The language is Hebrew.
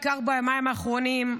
בעיקר ביומיים האחרונים,